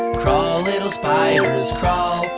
crawl little spiders. crawl,